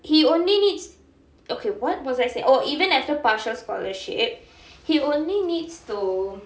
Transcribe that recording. he only needs okay what was I sayi~ oh even after partial scholarship he only needs to